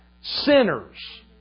sinners